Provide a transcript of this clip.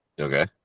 Okay